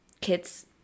kids